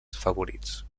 favorits